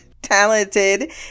talented